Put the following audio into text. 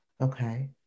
Okay